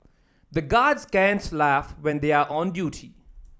the guards can laugh when they are on duty